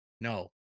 No